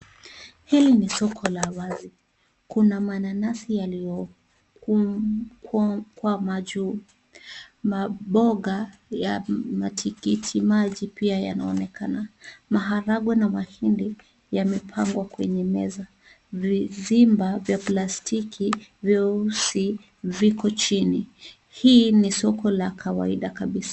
Hili ni soko la wazi. Kuna mananasi yaliyokwama juu. Mamboga ya matikitimaji pia yanaonekana. Maharangwe na mahindi yamepangwa kwenye meza. Vizimba vya plastiki vyeusi viko chini. Hii ni soko ya kawaida kabisa.